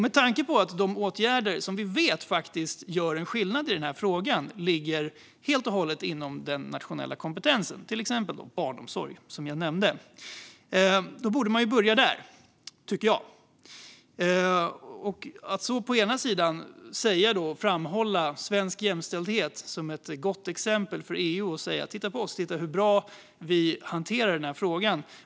Med tanke på att de åtgärder som vi vet faktiskt gör skillnad i frågan - till exempel barnomsorg, som jag nämnde - ligger helt och hållet inom den nationella kompetensen borde man ju börja där, tycker jag. Att å ena sidan framhålla svensk jämställdhet som ett gott exempel i EU och säga "Titta på oss! Titta hur bra vi hanterar frågan!"